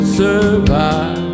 survive